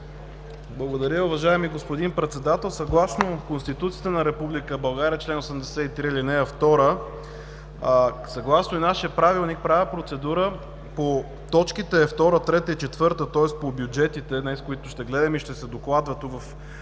Благодаря, уважаеми господин Председател. Съгласно Конституцията на Република България, чл. 83, ал. 2, съгласно и нашия Правилник, правя процедура по точки втора, трета и четвърта, тоест по бюджетите днес, които ще гледаме и ще се докладват в